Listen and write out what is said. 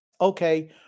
okay